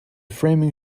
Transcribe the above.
framing